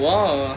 oh !wow!